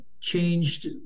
changed